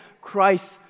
Christ